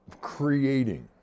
creating